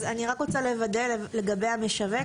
אז אני רק רוצה לוודא לגבי המשווק,